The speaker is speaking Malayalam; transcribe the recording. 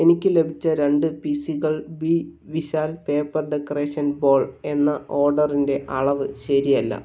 എനിക്ക് ലഭിച്ച രണ്ട് പിസികൾ B Vishal paper decoration ball എന്ന ഓർഡറിന്റെ അളവ് ശരിയല്ല